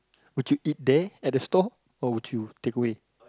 would you eat there at the stall or would you takeaway